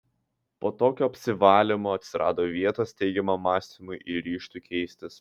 po tokio apsivalymo atsirado vietos teigiamam mąstymui ir ryžtui keistis